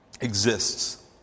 exists